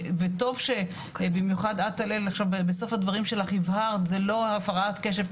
וטוב שבמיוחד את טל-אל בסוף הדברים שלך הבהרת זה לא הפרעת קשב,